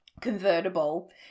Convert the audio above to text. convertible